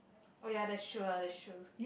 oh ya that's true lah that's true